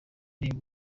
uri